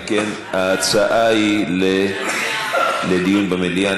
אם כן, ההצעה היא לדיון במליאה.